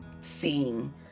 seeing